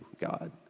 God